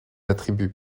attributs